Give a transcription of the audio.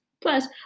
plus